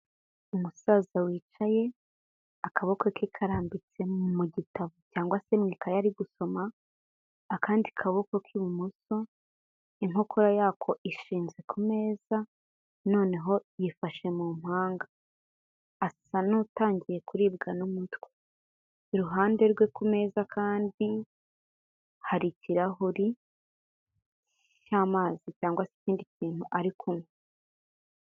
Umusaza wicaye akaboko ke karambitse mu gitabo cyangwa se mu ikaye ari gusoma, akandi kaboko k'ibumoso inkokora yako ishinze ku meza, noneho yifashe mu mpanga, asa n'utangiye kuribwa n'umutwe, iruhande rwe ku meza kandi hari ikirahuri cy'amazi cyangwa se ikindi kintu ari kunywa.